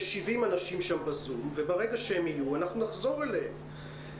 יש 70 אנשים בזום וברגע שהם יהיו אנחנו נחזור אליהם.